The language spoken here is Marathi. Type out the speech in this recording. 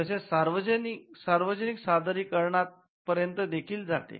तसेच सार्वजनिक सादरीकरणात पर्यंत देखील जाते